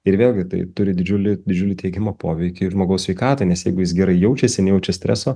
ir vėlgi tai turi didžiulį didžiulį teigiamą poveikį žmogaus sveikatai nes jeigu jis gerai jaučiasi nejaučia streso